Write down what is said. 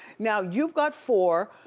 now you've got four.